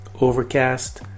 Overcast